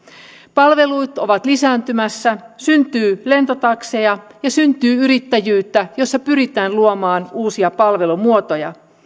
palvelut ovat lisääntymässä syntyy lentotakseja ja syntyy yrittäjyyttä jossa pyritään luomaan uusia palvelumuotoja